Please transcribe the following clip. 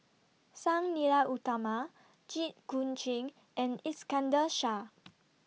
Sang Nila Utama Jit Koon Ch'ng and Iskandar Shah